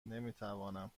نمیتوانم